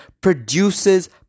produces